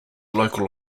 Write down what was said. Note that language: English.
local